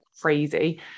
crazy